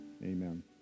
Amen